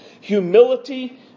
humility